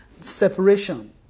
separation